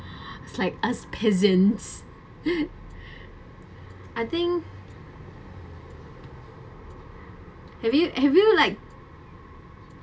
it's like us peasant I think have you have you like